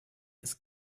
ist